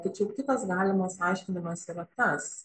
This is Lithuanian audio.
tačiau kitas galimas aiškinimas yra tas